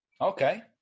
Okay